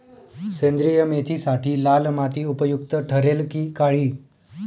सेंद्रिय मेथीसाठी लाल माती उपयुक्त ठरेल कि काळी?